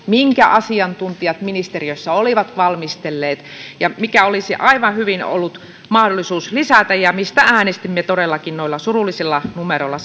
minkä asiantuntijat ministeriössä olivat valmistelleet ja mikä olisi aivan hyvin ollut mahdollisuus lisätä ja mistä äänestimme todellakin noilla surullisilla numeroilla